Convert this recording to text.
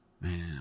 man